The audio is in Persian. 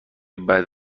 بعد